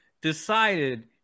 decided